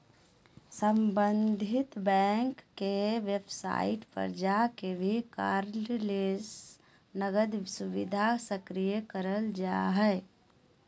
सम्बंधित बैंक के वेबसाइट पर जाके भी कार्डलेस नकद सुविधा सक्रिय करल जा हय